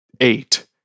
eight